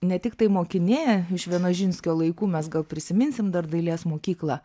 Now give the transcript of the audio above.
ne tiktai mokinė iš vienožinskio laikų mes gal prisiminsim dar dailės mokyklą